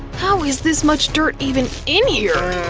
how is this much dirt even in here!